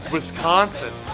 Wisconsin